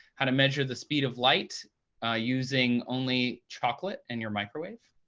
how to measure the speed of light using only chocolate and your microwave.